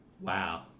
Wow